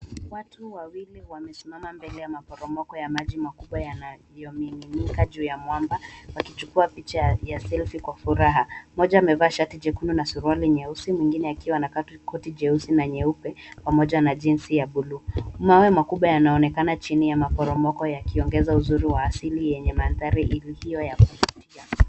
Watu wawili wamesimama mbele ya maporomoko ya maji makubwa yanamiminika juu ya mwamba wakichukua picha ya [c.s]selfie kwa furaha. Moja amevaa shati jekundu na suruali nyeusi mwingine akiwa na